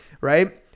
right